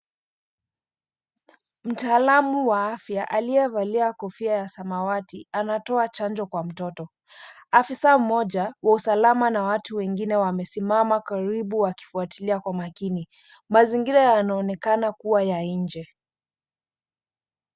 Mtaalamu wa afya aliyevalia kofia ya samawati, anatoa chanjo kwa mtoto. Afisa mmoja wa usalama na watu wengine wamesimama karibu wakifuatilia kwa makini. Mazingira yanaonekana kuwa ya nje.